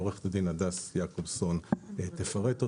עו"ד הדס יעקובסון תפרט אותן,